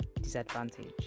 disadvantage